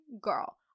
girl